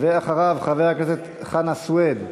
אחריו, חבר הכנסת חנא סוייד,